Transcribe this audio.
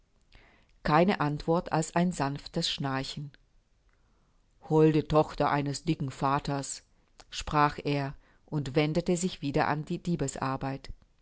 keine antwort als ein sanftes schnarchen holde tochter eines dicken vaters sprach er und wendete sich wieder an die